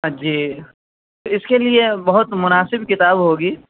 جی تو اس کے لیے بہت مناسب کتاب ہوگی